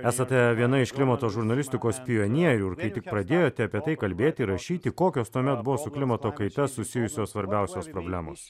esate viena iš klimato žurnalistikos pionierių ir kai tik pradėjote apie tai kalbėti ir rašyti kokios tuomet buvo su klimato kaita susijusios svarbiausios problemos